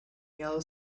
yellow